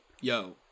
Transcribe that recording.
yo